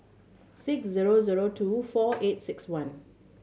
six zero zero two four eight six one